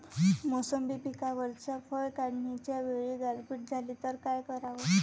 मोसंबी पिकावरच्या फळं काढनीच्या वेळी गारपीट झाली त काय कराव?